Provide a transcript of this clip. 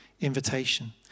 invitation